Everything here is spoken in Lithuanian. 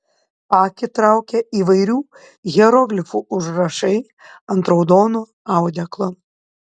akį traukia įvairių hieroglifų užrašai ant raudono audeklo